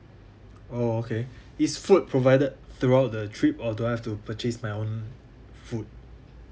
oh okay is food provided throughout the trip or do I have to purchase my own food